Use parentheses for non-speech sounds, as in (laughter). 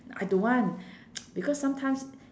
I don't want (noise) because sometimes